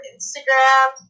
Instagram